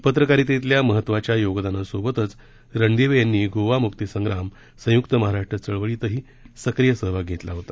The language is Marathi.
पत्रकारितेतील महत्त्वाच्या योगदानासोबतच रणदिवे यांनी गोवा मुक्ती संग्राम संयुक्त महाराष्ट्र चळवळीतही सक्रिय सहभाग घेतला होता